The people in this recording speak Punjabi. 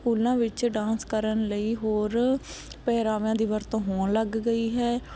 ਸਕੂਲਾਂ ਵਿੱਚ ਡਾਂਸ ਕਰਨ ਲਈ ਹੋਰ ਪਹਿਰਾਵਿਆਂ ਦੀ ਵਰਤੋਂ ਹੋਣ ਲੱਗ ਗਈ ਹੈ